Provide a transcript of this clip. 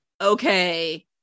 okay